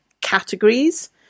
categories